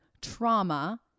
trauma